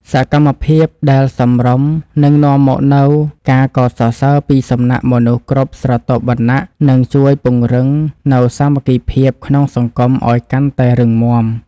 សកម្មភាពដែលសមរម្យនឹងនាំមកនូវការកោតសរសើរពីសំណាក់មនុស្សគ្រប់ស្រទាប់វណ្ណៈ និង ជួយពង្រឹងនូវសាមគ្គីភាពក្នុងសង្គមឱ្យកាន់តែរឹងមាំ។